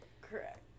Correct